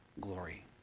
glory